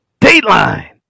Dateline